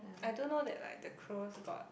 I don't know that like the cockroaches got